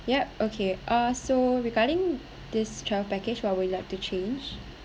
yup okay ah so regarding this travel package what would you like to change